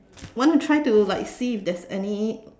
wanna try to like see if there's any